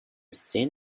seen